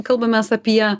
kalbamės apie